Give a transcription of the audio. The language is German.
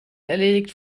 erledigt